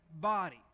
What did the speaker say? body